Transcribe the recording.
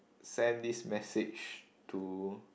send this message to